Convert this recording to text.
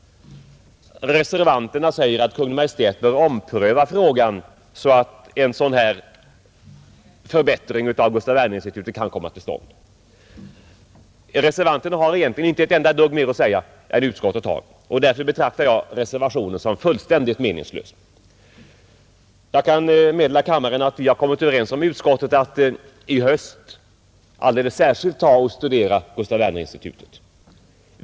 Reservanterna säger att Kungl. Maj:t bör ompröva frågan, så att en sådan här förbättring av Gustaf Werners institut kan komma till stånd. Reservanterna har egentligen inte ett enda dugg mer att säga än utskottet, och därför betraktar jag reservationen som fullständigt meningslös. Jag kan meddela kammaren att vi i utskottet har kommit överens om att i höst alldeles särskilt studera Gustaf Werners institut.